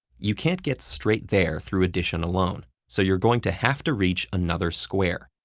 you can't get straight there through addition alone, so you're going to have to reach another square.